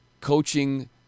coaching